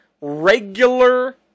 regular